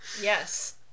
Yes